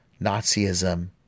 Nazism